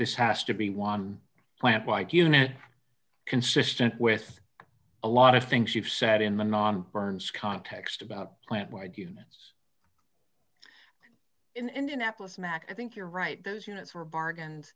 this has to be one plan quite united consistent with a lot of things you've said in the non burns context about plant wide unions in indianapolis mac i think you're right those units were bargain